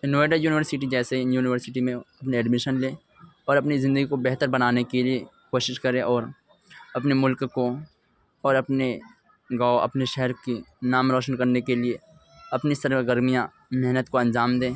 یا نوئیڈا یونیورسٹی جیسے یونیورسٹی میں اپنے ایڈمیشن لیں اور اپنی زندگی کو بہتر بنانے کے لیے کوشش کرے اور اپنے ملک کو اور اپنے گاؤں اپنے شہر کی نام روشن کرنے کے لیے اپنی سرگرمیاں محنت کو انجام دیں